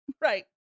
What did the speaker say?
Right